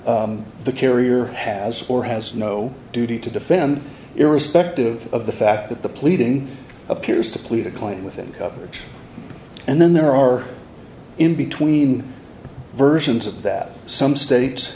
the carrier has or has no duty to defend irrespective of the fact that the pleading appears to plead a claim within coverage and then there are in between versions of that some states